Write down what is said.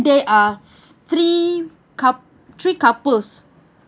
there are three cou~ three couples